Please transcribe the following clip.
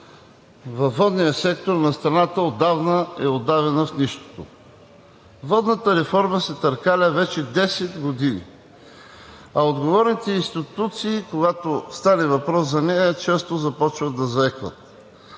във водния сектор на страната отдавна е удавена в нищото. Водната реформа се търкаля вече 10 години, а отговорните институции, когато стане въпрос за нея, често започват да заекват.